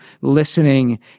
listening